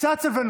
קצת סבלנות.